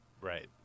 Right